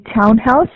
townhouse